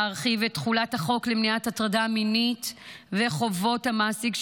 להרחיב את תחולת החוק למניעת הטרדה מינית וחובות המעסיק,